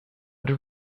did